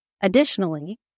Additionally